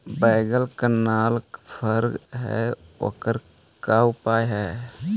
बैगन कनाइल फर है ओकर का उपाय है?